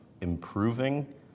improving